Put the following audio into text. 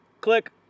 click